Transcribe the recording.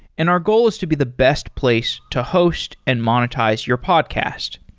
and our goal is to be the best place to host and monetize your podcast.